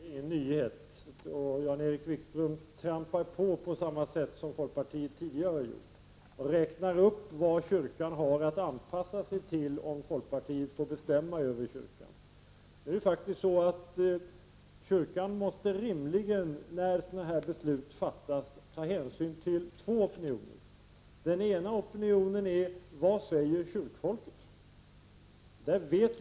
Herr talman! Eftersom jag blev apostroferad av Jan-Erik Wikström vill jag ta tillfället att göra några markeringar. Folkpartiet gör politik av stat-kyrka-frågan, det är ingen nyhet. Jan-Erik Wikström trampar på på samma sätt som folkpartiet tidigare har gjort. Han räknar upp vad kyrkan har att anpassa sig till om folkpartiet får bestämma över kyrkan. När sådana här beslut fattas måste kyrkan rimligen ta hänsyn till två opinioner. Den ena opinionen består i vad kyrkans folk säger.